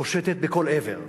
פושטת לכל עבר,